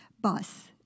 bus